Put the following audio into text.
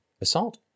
assault